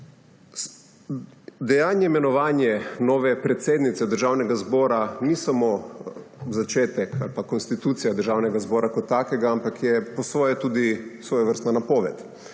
Dejanje imenovanja nove predsednice Državnega zbora ni samo začetek ali pa konstitucija državnega zbora kot takega, ampak je po svoje tudi svojevrstna napoved,